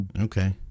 Okay